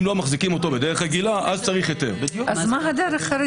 הכוונה היא שאם לא מחזיקים אותו בדרך רגילה,